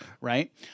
right